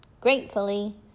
Gratefully